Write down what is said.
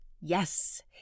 Yes